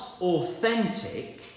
authentic